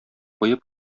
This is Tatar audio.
куеп